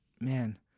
man